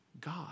God